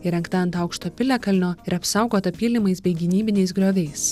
įrengta ant aukšto piliakalnio ir apsaugota pylimais bei gynybiniais grioviais